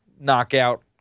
Knockout